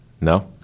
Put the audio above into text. No